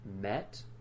met